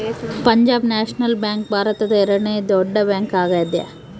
Punjab National Bank ಭಾರತದ ಎರಡನೆ ದೊಡ್ಡ ಬ್ಯಾಂಕ್ ಆಗ್ಯಾದ